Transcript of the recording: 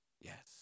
Yes